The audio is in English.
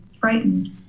frightened